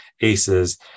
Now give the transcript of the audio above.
ACEs